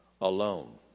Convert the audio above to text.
alone